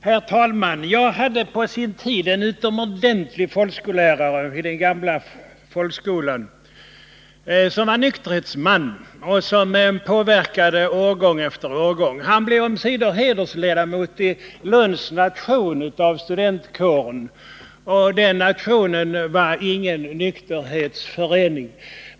Herr talman! Jag hade på sin tid i den gamla folkskolan en utomordentlig folkskollärare, som var nykterhetsman och som påverkade årgång efter årgång. Han blev omsider hedersledamot i Lunds nation av studentkåren. Den nationen var ingen nykterhetsförening.